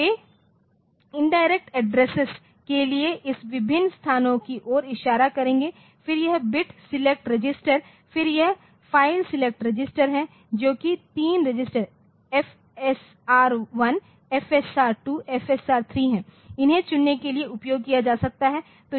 वे indirect access के लिए इस विभिन्न स्थान की ओर इशारा करेंगे फिर यह बिट सिलेक्ट रजिस्टरफिर यह फाइल सेलेक्ट रजिस्टर है जोकि 3 रजिस्टर FSR1 2 और 3 हैं इन्हें चुनने के लिए उपयोग किया जा सकता है